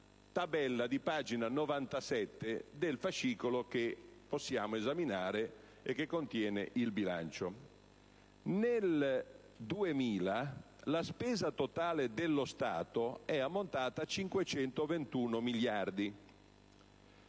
tabella di pagina 97 del fascicolo che contiene il bilancio. Nel 2000, la spesa totale dello Stato è ammontata a 521 miliardi,